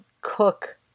cook